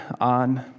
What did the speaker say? on